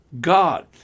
God